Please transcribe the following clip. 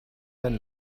dann